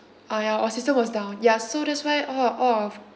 ah ya our system was down ya so that's why all of all of